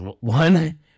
one